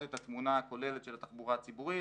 את התמונה הכוללת של התחבורה הציבורית.